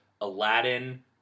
Aladdin